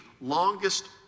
longest